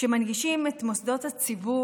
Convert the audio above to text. שמנגישים את מוסדות הציבור,